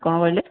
କ'ଣ କହିଲେ